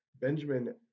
benjamin